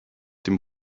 dem